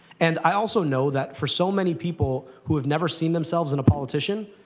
and i also know that, for so many people who have never seen themselves in a politician,